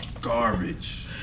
garbage